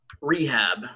Rehab